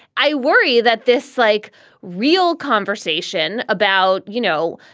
i worry that this like real conversation about, you know,